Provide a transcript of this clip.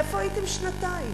איפה הייתם שנתיים?